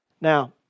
Now